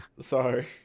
Sorry